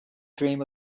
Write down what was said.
dream